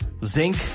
Zinc